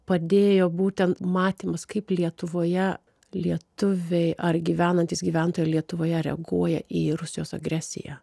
padėjo būtent matymas kaip lietuvoje lietuviai ar gyvenantys gyventojai lietuvoje reaguoja į rusijos agresiją